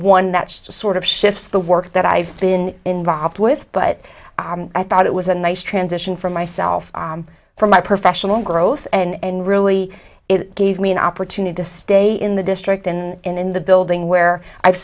one that sort of shifts the work that i've been involved with but i thought it was a nice transition for myself for my professional growth and really it gave me an opportunity to stay in the district and in the building where i've